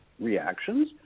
reactions